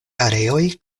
areoj